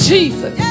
Jesus